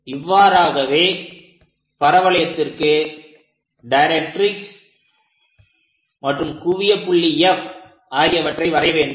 இவ்வாறாகவே பரவளையத்திற்கு டைரக்ட்ரிக்ஸ் மற்றும் குவிய புள்ளி F ஆகியவற்றை வரைய வேண்டும்